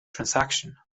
transaction